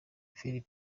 phil